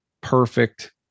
perfect